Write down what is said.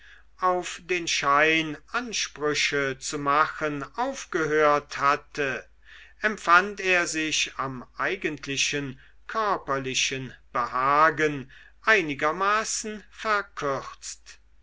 auf den schein ansprüche zu machen aufgehört hatte empfand er sich am eigentlichen körperlichen behagen einigermaßen verkürzt